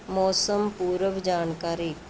ਮੌਸਮ ਪੂਰਵ ਜਾਣਕਾਰੀ